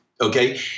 okay